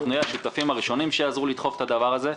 אנחנו נהיה השותפים הראשונים שיעזרו לדחוף את הדבר הזה.